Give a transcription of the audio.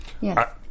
Yes